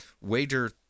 wager